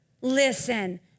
listen